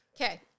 okay